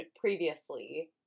previously